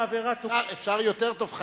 אפשר יותר טוב,